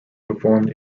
performed